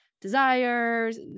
desires